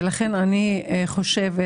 אני חושבת